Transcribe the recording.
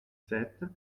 sept